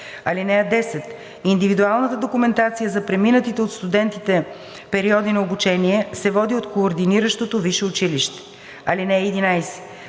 (10) Индивидуалната документация за преминатите от студентите периоди на обучение се води от координиращото висше училище. (11)